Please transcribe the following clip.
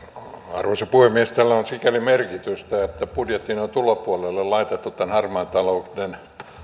arvoisa puhemies tällä on sikäli merkitystä että budjettiin on tulopuolelle laitettu tämän harmaan talouden